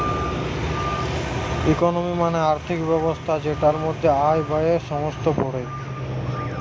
economy মানে আর্থিক ব্যবস্থা যেটার মধ্যে আয়, ব্যয়ে সমস্ত পড়ে